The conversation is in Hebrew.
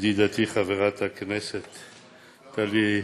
ידידתי חברת הכנסת טלי,